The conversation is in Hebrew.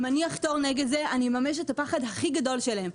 אם אני אחתור נגד זה אני אממש את הפחד הכי גדול שלהם,